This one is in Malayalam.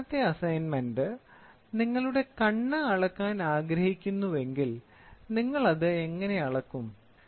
അവസാനത്തെ അസൈൻമെന്റ് നിങ്ങളുടെ കണ്ണ് അളക്കാൻ ആഗ്രഹിക്കുന്നുവെങ്കിൽ നിങ്ങൾ അത് എങ്ങനെ ചെയ്യും